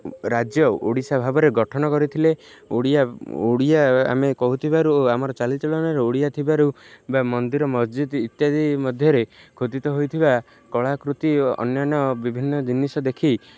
ରାଜ୍ୟ ଓଡ଼ିଶା ଭାବରେ ଗଠନ କରିଥିଲେ ଓଡ଼ିଆ ଓଡ଼ିଆ ଆମେ କହୁଥିବାରୁ ଓ ଆମର ଚାଲିଚଳନରେ ଓଡ଼ିଆ ଥିବାରୁ ବା ମନ୍ଦିର ମସ୍ଜିଦ୍ ଇତ୍ୟାଦି ମଧ୍ୟରେ ଖୋଦିତ ହୋଇଥିବା କଳାକୃତି ଅନ୍ୟାନ୍ୟ ବିଭିନ୍ନ ଜିନିଷ ଦେଖି